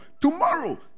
tomorrow